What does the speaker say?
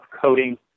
coding